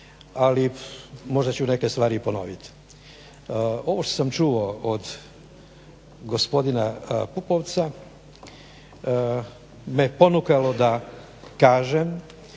ali možda ću neke stvari i ponoviti. Ovo što sam čuo od gospodina Pupovca me ponukalo da kažem,